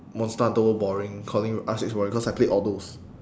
monster hunter world boring calling R six boring cause I played all those